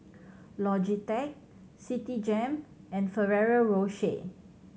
Logitech Citigem and Ferrero Rocher